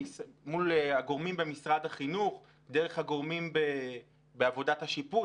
הגורמים במשרד החינוך דרך הגורמים בעבודת השיפוט,